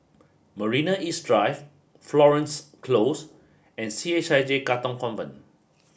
Marina East Drive Florence Close and C H I J Katong Convent